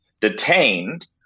detained